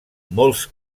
molts